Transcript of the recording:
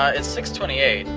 ah it's six twenty eight,